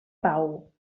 pau